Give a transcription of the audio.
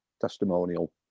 Testimonial